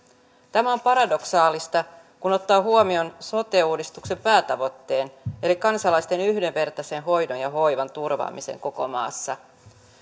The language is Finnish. tämä on paradoksaalista kun ottaa huomioon sote uudistuksen päätavoitteen eli kansalaisten yhdenvertaisen hoidon ja hoivan turvaamisen koko maassa